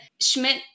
Schmidt